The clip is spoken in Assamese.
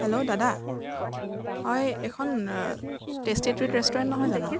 হেল্ল' দাদা হয় এইখন টেষ্টি ট্ৰীট ৰেষ্টুৰেণ্ট নহয় জানো